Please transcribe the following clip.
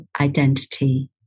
identity